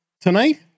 Tonight